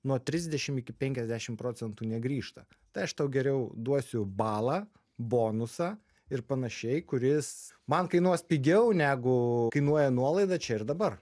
nuo trisdešim iki penkiasdešim procentų negrįžta tai aš tau geriau duosiu balą bonusą ir panašiai kuris man kainuos pigiau negu kainuoja nuolaida čia ir dabar